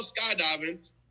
skydiving